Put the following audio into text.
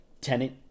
Tenant